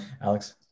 Alex